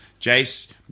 Jace